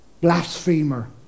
Blasphemer